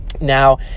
Now